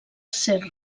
ser